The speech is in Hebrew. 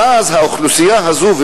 ואז האוכלוסייה הזאת,